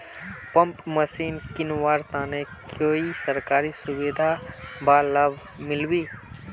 Pump machine किनवार तने कोई सरकारी सुविधा बा लव मिल्बी?